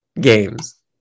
games